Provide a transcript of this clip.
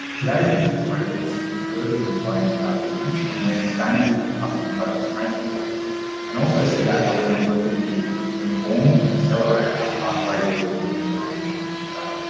today's industry briefing will give you further insight into our vision for a more sustainable and customer focused transport and also set out how we want to work with you to inform and accelerate our pathway towards a net zero emission future.